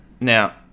Now